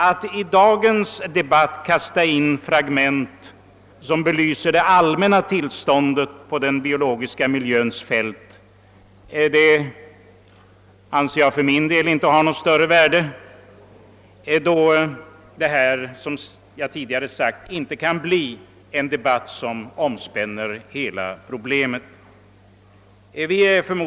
| Att i dagens debatt kasta in fragment som belyser det allmänna tillståndet på den biologiska miljöns fält anser jag för min del inte ha något större värde, då denna debatt, såsom jag tidigare sagt, inte kan bli en debatt som omspänner hela problemet.